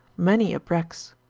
many abreks